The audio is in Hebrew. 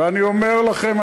ואני אומר לכם,